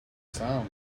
sound